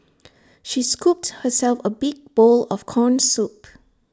she scooped herself A big bowl of Corn Soup